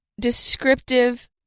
descriptive